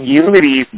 unity